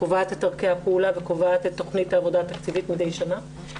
קובעת את דרכי הפעולה ואת תכנית העבודה התקציבית מדי שנה.